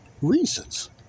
reasons